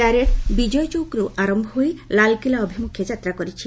parade ବିଜୟଚୌକ୍ରୁ ଆରମ୍ଭ ହୋଇ ଲାଲ୍କିଲ୍ଲା ଅଭିମୁଖେ ଯାତ୍ରା କରିଛି